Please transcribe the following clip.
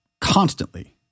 constantly